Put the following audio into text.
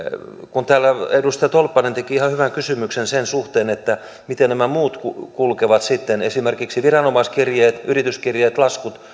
kun täällä edustaja tolppanen teki ihan hyvän kysymyksen sen suhteen miten nämä muut kulkevat sitten esimerkiksi viranomaiskirjeet yrityskirjeet laskut